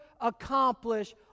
accomplish